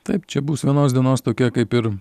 taip čia bus vienos dienos tokia kaip ir